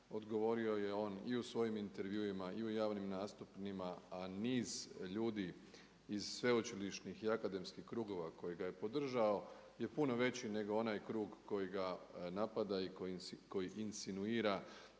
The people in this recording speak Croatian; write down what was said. odgovorio je on i u svojim intervjuima i u javnim nastupima, a niz ljudi iz sveučilišnih i akademskih krugova koji ga je podržao je puno veći nego onaj krug koji ga napada i koji insinuira